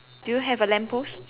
do you have a lamp post